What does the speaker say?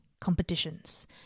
competitions